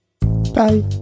bye